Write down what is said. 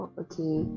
okay